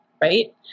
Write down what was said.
right